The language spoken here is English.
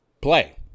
play